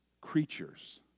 creatures